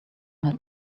had